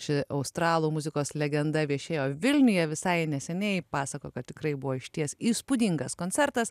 ši australų muzikos legenda viešėjo vilniuje visai neseniai pasakojo kad tikrai buvo išties įspūdingas koncertas